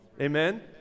Amen